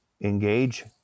engage